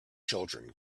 children